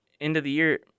end-of-the-year